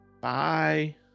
bye